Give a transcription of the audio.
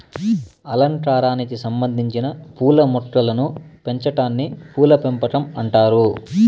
అలంకారానికి సంబందించిన పూల మొక్కలను పెంచాటాన్ని పూల పెంపకం అంటారు